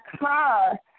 car